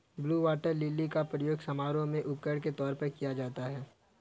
blue water lily का प्रयोग समारोह में उपहार के तौर पर किया जाता है